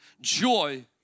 joy